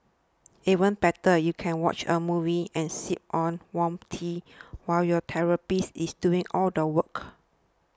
even better you can watch a movie and sip on warm tea while your therapist is doing all the work